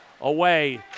away